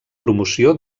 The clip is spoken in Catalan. promoció